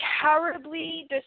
terribly